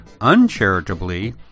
uncharitably